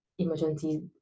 Emergency